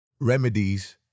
remedies